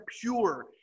pure